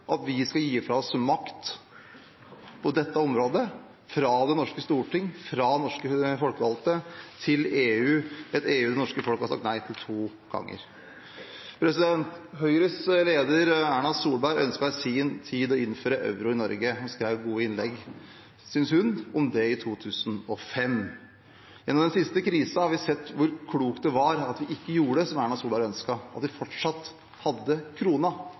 at vi skal gi fra oss makt på dette området, fra det norske storting, fra norske folkevalgte, til EU – et EU det norske folk har sagt nei til to ganger. Høyres leder, Erna Solberg, ønsket i sin tid å innføre euro i Norge og skrev gode innlegg – synes hun – om det i 2005. Gjennom den siste krisen har vi sett hvor klokt det var at vi ikke gjorde som Erna Solberg ønsket, og at vi fortsatt hadde krona,